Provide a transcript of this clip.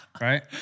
right